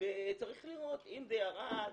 וצריך לראות אם זה ירד,